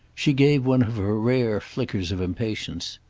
she gave one of her rare flickers of impatience.